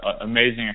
amazing